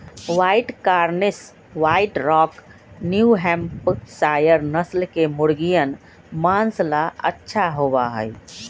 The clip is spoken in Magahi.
white Cornish, white rock, New Hampshire नस्ल के मुर्गियन माँस ला अच्छा होबा हई